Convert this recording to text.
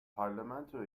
parlamentoya